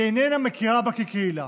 היא איננה מכירה בה כקהילה.